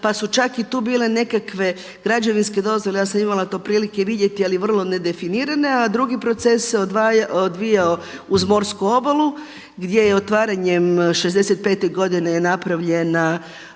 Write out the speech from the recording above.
pa su čak i tu bile nekakve građevinske dozvole, ja sam imala to prilike vidjeti ali vrlo nedefinirane a drugi proces se odvijao uz morsku obalu gdje je otvaranjem 65. godine napravljena